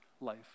life